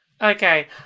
okay